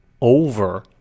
over